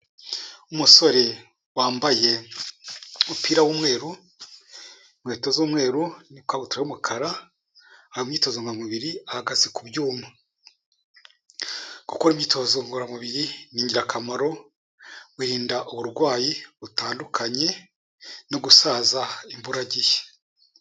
Umusore wambaye umupira w'umweru, inkweto z'umweru, n'ikabutura y'umukara, ari mu myitozo ngororamubiri ahagaze ku byuma. Gukora imyitozo ngororamubiri ni ingira kamaro, wirinda uburwayi butandukanye no gusaza imburagihe.